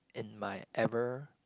in my ever